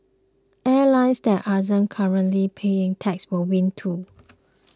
airlines that aren't currently paying taxes will win too